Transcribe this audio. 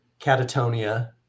Catatonia